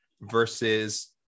versus